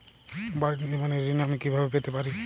বাড়ি নির্মাণের ঋণ আমি কিভাবে পেতে পারি?